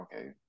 okay